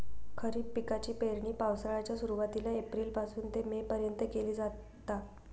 खरीप पिकाची पेरणी पावसाळ्याच्या सुरुवातीला एप्रिल पासून ते मे पर्यंत केली जाता